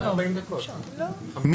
אני אחזור שוב.